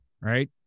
Right